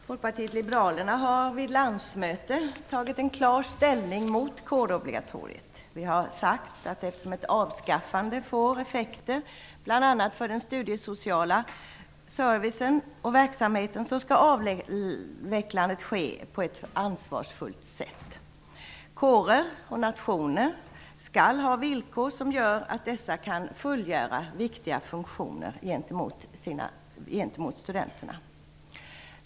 Fru talman! Folkpartiet liberalerna har vid sitt landsmöte tagit klar ställning mot kårobligatoriet. Vi har sagt att eftersom ett avskaffande får effekter bl.a. för den studiesociala servicen och verksamheten skall avvecklandet ske på ett ansvarsfullt sätt. Kårer och nationer skall ha villkor som gör att dessa kan fullgöra viktiga funktioner gentemot studenterna.